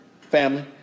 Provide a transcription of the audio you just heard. family